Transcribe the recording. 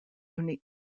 unique